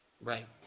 Right